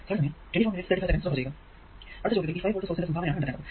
അടുത്ത ചോദ്യത്തിൽ ഈ 5 വോൾട് സോഴ്സിന്റെ സംഭാവന ആണ് കണ്ടെത്തേണ്ടത്